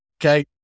Okay